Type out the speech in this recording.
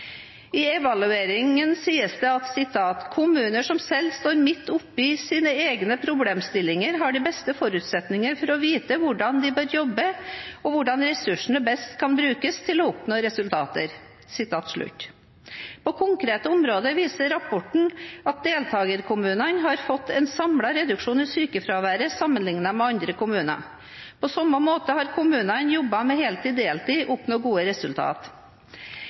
I evalueringen sies det at «kommunene som selv står midt oppi sine egne problemstillinger har de beste forutsetningene for å vite hvordan de bør jobbe med dette og hvordan ressursene best kan brukes til å oppnå resultater». På konkrete områder viser rapporten at deltakerkommunene har fått en samlet reduksjon i sykefraværet sammenlignet med andre kommuner. På samme måte har kommunene jobbet med heltid–deltid og oppnådd gode